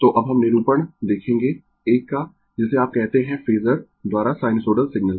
तो अब हम निरूपण देखेंगें एक का जिसे आप कहते है फेजर द्वारा साइनसोइडल सिग्नल